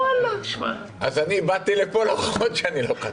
אז אני באתי לפה למרות שאני לא חתום.